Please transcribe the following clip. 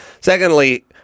Secondly